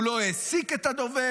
הוא לא העסיק את הדובר,